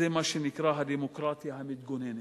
זה מה שנקרא "הדמוקרטיה המתגוננת".